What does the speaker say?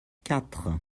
quatre